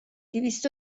دویست